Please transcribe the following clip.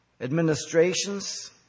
Administrations